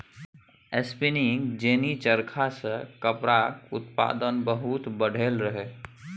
spinning jenny चरखा सँ कपड़ाक उत्पादन बहुत बढ़लै रहय